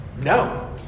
No